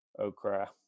okra